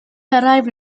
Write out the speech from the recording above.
arrived